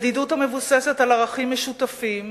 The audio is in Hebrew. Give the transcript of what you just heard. זו ידידות המבוססת על ערכים משותפים,